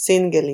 סינגלים